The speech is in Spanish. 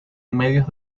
medios